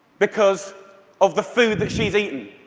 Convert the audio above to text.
because of the food that she's eaten.